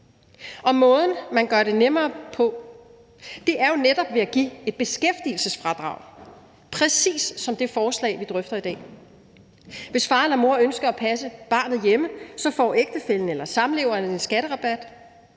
Måden, man gør det nemmere på, er jo netop ved at give et beskæftigelsesfradrag præcis som det forslag, vi drøfter i dag. Hvis far eller mor ønsker at passe barnet hjemme, får ægtefællen eller samleveren en skatterabat,